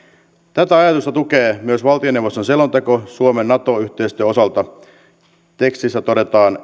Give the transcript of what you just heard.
tätä ajatusta tukee myös valtioneuvoston selonteko suomen nato yhteistyön osalta tekstissä todetaan